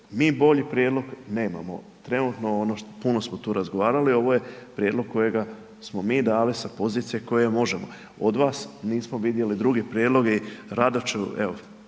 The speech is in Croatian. mi bolji prijedlog nemamo trenutno, puno smo tu razgovarali, ovo je prijedlog kojega smo mi dali sa pozicije koje možemo, od vas nismo vidjeli druge prijedloge, rado ću